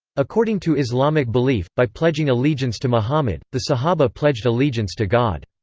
according to islamic belief, by pledging allegiance to muhammad, the sahabah pledged allegiance to god.